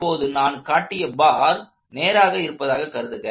இப்போது நான் காட்டிய பார் நேராக இருப்பதாகக் கருதுக